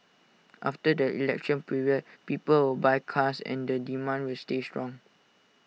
after the election period people will buy cars and the demand will stay strong